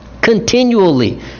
continually